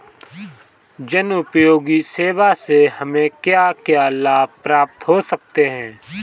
जनोपयोगी सेवा से हमें क्या क्या लाभ प्राप्त हो सकते हैं?